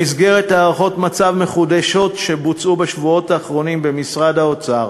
במסגרת הערכות מצב מחודשות שנעשו בשבועות האחרונים במשרד האוצר